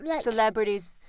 Celebrities